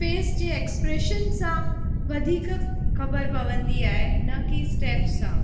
face जे expression सां वधीक ख़बर पवंदी आहे न कि स्टैप्स सां